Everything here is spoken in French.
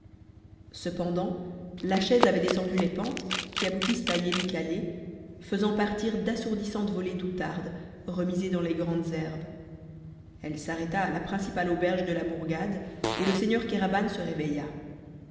cependant la chaise avait descendu les pentes qui aboutissent à iénikalé faisant partir d'assourdissantes volées d'outardes remisées dans les grandes herbes elle s'arrêta à la principale auberge de la bourgade et le seigneur kéraban se réveilla